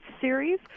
series